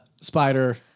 spider